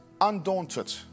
undaunted